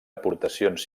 aportacions